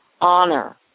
honor